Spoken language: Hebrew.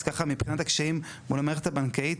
אז ככה שמבחינת הקשיים מול המערכת הבנקאית,